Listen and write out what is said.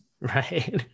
Right